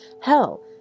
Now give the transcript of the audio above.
Hell